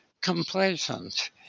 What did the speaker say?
complacent